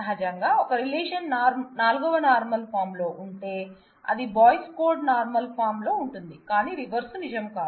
సహజంగా ఒక రిలేషన్ 4వ నార్మల్ ఫార్మ్ లో ఉంటే అది బోయ్స్ కాడ్ నార్మల్ ఫార్మ్ లో ఉంటుంది కానీ రివర్స్ నిజం కాదు